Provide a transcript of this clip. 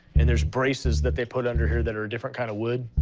and there's braces that they put under here that are a different kind of wood.